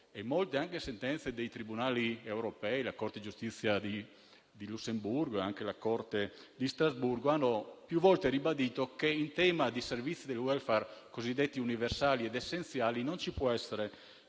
- e anche dei tribunali europei, della Corte giustizia del Lussemburgo e della Corte di Strasburgo, hanno più volte ribadito che in tema di servizi del *welfare*, cosiddetti universali ed essenziali, non ci può essere alcuna